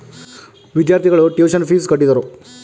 ವಿದ್ಯಾರ್ಥಿಗಳು tuition fees ಕಟ್ಟಿದರು